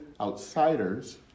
outsiders